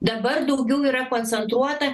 dabar daugiau yra koncentruota